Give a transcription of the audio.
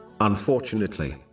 unfortunately